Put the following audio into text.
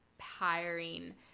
hiring